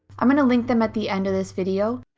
i'm gonna link them at the end of this video.